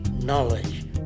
knowledge